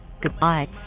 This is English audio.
Goodbye